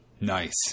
Nice